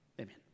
Amen